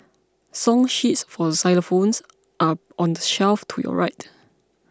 song sheets for xylophones are on the shelf to your right